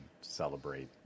celebrate